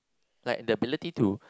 like the ability to